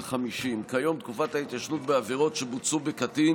50. כיום תקופת ההתיישנות בעבירות שבוצעו בקטין